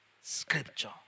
scripture